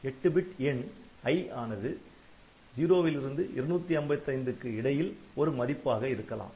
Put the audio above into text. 8 bit எண் ' i ' ஆனது 0 255 க்கு இடையில் ஒரு மதிப்பாக இருக்கலாம்